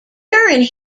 during